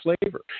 flavor